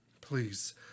Please